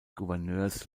gouverneurs